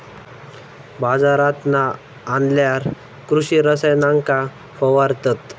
बाजारांतना आणल्यार कृषि रसायनांका फवारतत